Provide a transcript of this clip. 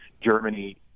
Germany